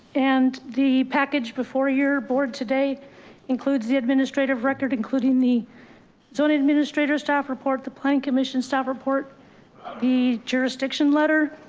and the package before your board today includes the administrative record, including the zoning administrator staff report, the plan commission staff report the jurisdiction letter,